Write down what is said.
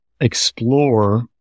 explore